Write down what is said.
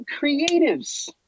creatives